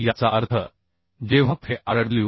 याचा अर्थ जेव्हा Fe Rw